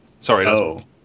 Sorry